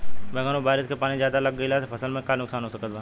बैंगन पर बारिश के पानी ज्यादा लग गईला से फसल में का नुकसान हो सकत बा?